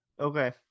Okay